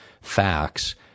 facts